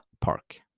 park